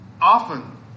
often